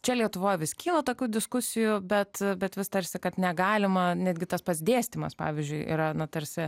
čia lietuvoje vis kyla tokių diskusijų bet bet vis tarsi kad negalima netgi tas pats dėstymas pavyzdžiui yra tarsi